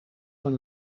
van